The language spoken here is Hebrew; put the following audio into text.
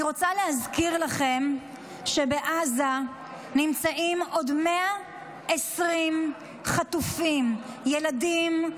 אני רוצה להזכיר לכם שבעזה נמצאים עוד 120 חטופים: ילדים,